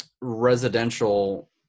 Residential